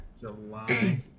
July